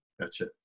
gotcha